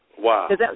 Wow